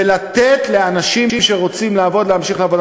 ולתת לאנשים שרוצים לעבוד להמשיך לעבוד.